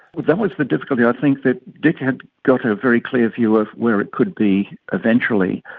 but that was the difficulty. i think that dick had got a very clear view of where it could be eventually.